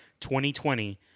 2020